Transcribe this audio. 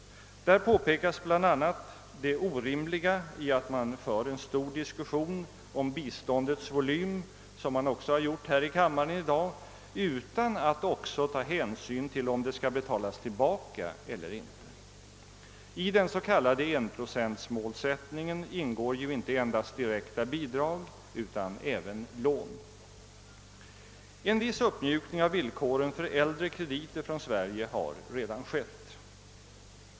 Där påpekas bl.a. det orimliga i att man för en stor diskussion om biståndets volym, så som man också har gjort här i kammaren i dag, utan att också ta hänsyn till om det skall betalas tillbaka eller inte. I den s.k. 1-procentsmålsättningen ingår ju inte endast direkta bidrag utan även lån. En viss uppmjukning av villkoren för äldre krediter från Sverige har redan skett.